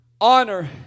honor